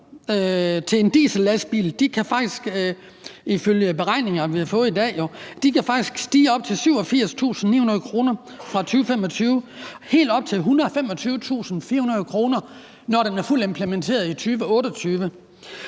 for en diesellastbil stiger til omkring 87.900 kr. fra 2025 op til 125.000 kr., når det er fuldt implementeret i 2028.